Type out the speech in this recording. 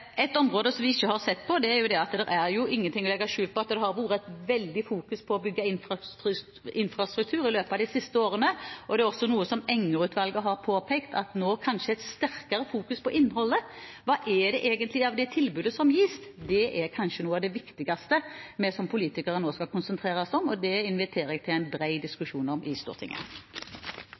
et område som vi ikke har sett på. Det er ikke til å legge skjul på at man har fokusert veldig mye på å bygge infrastruktur i løpet av de siste årene. Det er også noe som Enger-utvalget har påpekt, at en nå kanskje bør fokusere sterkere på innholdet. Hvilke tilbud det egentlig er som gis, er kanskje noe av det viktigste vi som politikere nå skal konsentrere oss om, og det inviterer jeg til en bred diskusjon om i Stortinget.